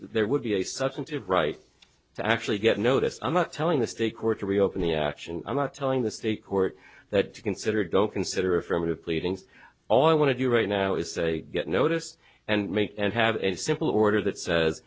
substantive right to actually get notice i'm not telling the state court to reopen the action i'm not telling the state court that you consider it don't consider affirmative pleadings all i want to do right now is say get noticed and make and have a simple order that sa